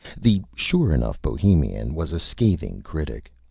the sure-enough bohemian was a scathing critic.